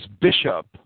Bishop